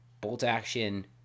bolt-action